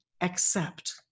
accept